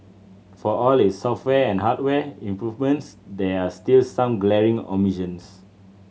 for all its software and hardware improvements there are still some glaring omissions